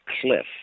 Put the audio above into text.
cliff